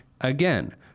again